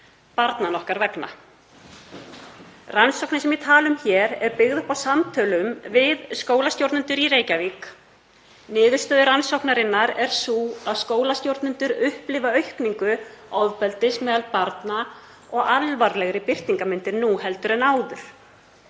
barnanna okkar vegna. Rannsóknin sem ég tala um hér er byggð upp á samtölum við skólastjórnendur í Reykjavík. Niðurstöður rannsóknarinnar eru þær að skólastjórnendur upplifa aukningu ofbeldis meðal barna og alvarlegri birtingarmyndir nú heldur en áður.